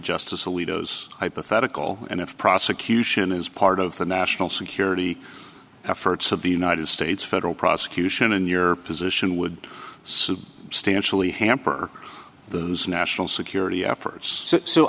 justice alito hypothetical and if prosecution is part of the national security efforts of the united states federal prosecution in your position would suit stanch really hamper those national security efforts so